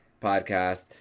podcast